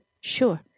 Sure